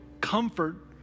comfort